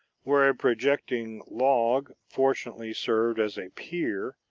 where a projecting log fortunately served as a pier,